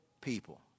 people